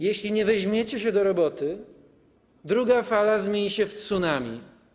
Jeśli nie weźmiecie się do roboty, druga fala zmieni się w tsunami.